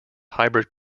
hybrid